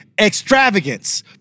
extravagance